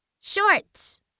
Shorts